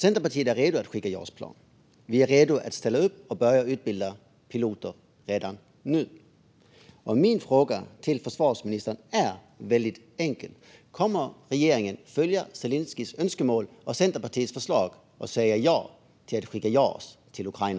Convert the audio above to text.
Centerpartiet är redo för att Sverige skickar Jas-plan och börjar utbilda piloter. Min fråga till försvarsministern är enkel: Kommer regeringen att följa Zelenskyjs önskemål och Centerpartiets förslag och säga ja till att skicka Jas till Ukraina?